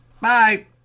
Bye